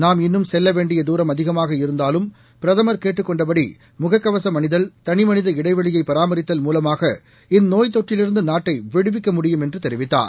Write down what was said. நாம் இன்னும் செல்ல வேண்டிய தூரம் அதிகமாக இருந்தாலும் பிரதமர் கேட்டுக் கொண்டபடி முகக்கவசம் அணிதல் தனிமனித இடைவெளியை பராமரித்தல் மூலமாக இந்நோய் தொற்றிலிருந்து நாட்டை விடுவிக்க முடியும் என்று தெரிவித்தார்